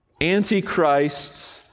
Antichrists